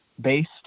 based